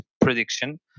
prediction